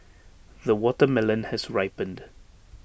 the watermelon has ripened